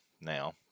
now